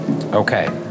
Okay